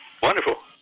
Wonderful